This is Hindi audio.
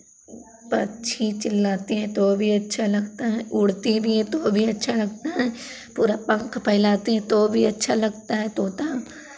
पक्षी चिल्लाते हैं तो भी अच्छा लगता है उड़ते भी हैं तो भी अच्छा लगता है पूरा पंख फैलाते हैं तो भी अच्छा लगता है तोता